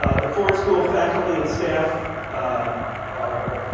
ah the ford school faculty and staff ah are,